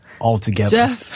altogether